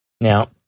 Now